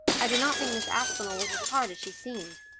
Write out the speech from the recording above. i do not think miss aspinall was as hard as she seemed.